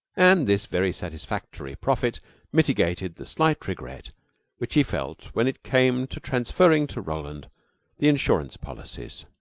and this very satisfactory profit mitigated the slight regret which he felt when it came to transferring to roland the insurance policies.